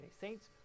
Saints